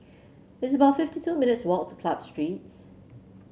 it's about fifty two minutes walk to Club Street